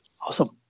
Awesome